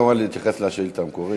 אתה רשאי, כמובן, להתייחס לשאילתה המקורית.